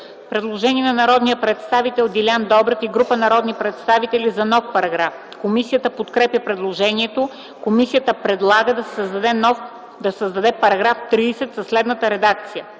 Предложение на народния представител Делян Добрев и група народни представители за нов параграф. Комисията подкрепя предложението. Комисията предлага да се създаде нов § 12 със следната редакция: